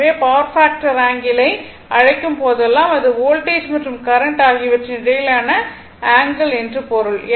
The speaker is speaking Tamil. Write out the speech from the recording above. எனவே பவர் பாக்டர் ஆங்கிளை அழைக்கும் போதெல்லாம் அது வோல்டேஜ் மற்றும் கரண்ட் ஆகியவற்றின் இடையிலான ஆங்கிள் என்று பொருள்